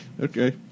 Okay